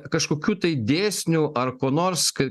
kažkokių tai dėsnių ar ko nors ka